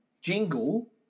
jingle